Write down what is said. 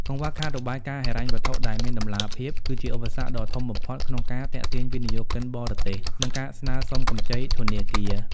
កង្វះខាតរបាយការណ៍ហិរញ្ញវត្ថុដែលមានតម្លាភាព គឺជាឧបសគ្គដ៏ធំបំផុតក្នុងការទាក់ទាញវិនិយោគិនបរទេស និងការស្នើសុំកម្ចីធនាគារ។